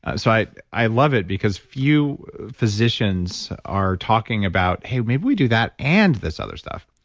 ah so i i love it because few physicians are talking about, hey, maybe we do that and this other stuff.